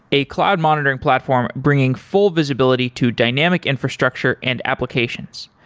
a cloud monitoring platform bringing full visibility to dynamic infrastructure and applications.